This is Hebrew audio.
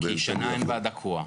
כי שנה אין ועדה קרואה.